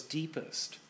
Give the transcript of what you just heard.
deepest